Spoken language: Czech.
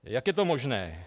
Jak je to možné?